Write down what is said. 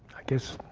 i guess